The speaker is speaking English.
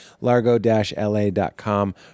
largo-la.com